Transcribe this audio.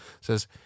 says